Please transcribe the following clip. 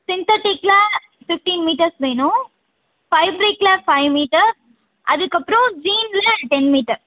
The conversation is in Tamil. சிந்தட்டிக்கில் ஃபிஃப்ட்டின் மீட்டர்ஸ் வேணும் ஃபைப்ரிக்கில் ஃபைவ் மீட்டர் அதுக்கப்புறம் ஜீனில் டென் மீட்டர்